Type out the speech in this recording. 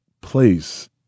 place